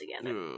together